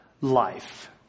life